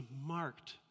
marked